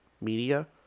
media